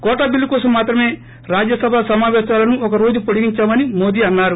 quota bill కోసం మాత్రమే రాజ్యసభ సమాపేశాలను ఒక రోజు పొడిగించామని మోదీ అన్నారు